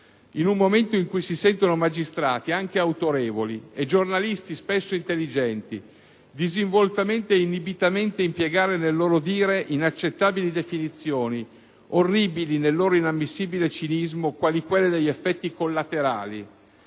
in un momento in cui si sentono magistrati, anche autorevoli, e giornalisti spesso intelligenti, disinvoltamente e disinibitamente impiegare nel loro dire inaccettabili definizioni, orribili nel loro inammissibile cinismo, quali quelle degli "effetti collaterali"